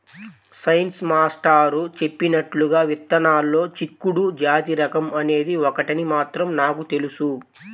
science master చెప్పినట్లుగా విత్తనాల్లో చిక్కుడు జాతి రకం అనేది ఒకటని మాత్రం నాకు తెలుసు